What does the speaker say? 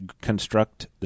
construct